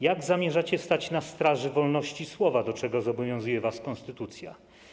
Jak zamierzacie stać na straży wolności słowa, do czego zobowiązuje was konstytucja?